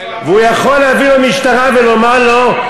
הוא יכול להזמין לו משטרה ולומר לו: